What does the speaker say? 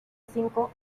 cinco